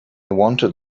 wanted